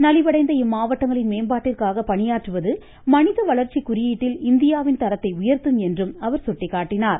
நலிவடைந்த இம்மாவட்டங்களின் மேம்பாட்டிற்காக பணியாற்றுவது மனித வளர்ச்சி குறியீட்டில் இந்தியாவின் தரத்தை உயர்த்தும் என்றும் அவர் சுட்டிக்காட்டினார்